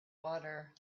water